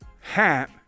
hat